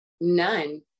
None